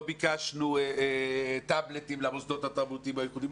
לא ביקשנו טאבלטים למוסדות התרבותיים הייחודיים,